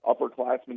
upperclassmen